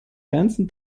ganzen